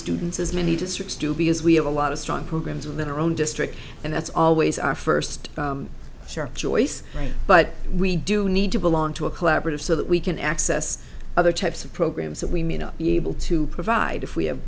students as many districts to be as we have a lot of strong programs within our own district and that's always our first sharp choice right but we do need to belong to a collaborative so that we can access other types of programs that we may not be able to provide if we have